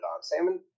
Salmon